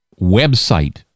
website